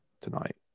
tonight